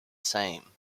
same